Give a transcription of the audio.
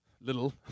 little